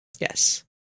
Yes